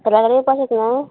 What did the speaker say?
घरा कडे येवपाक शकना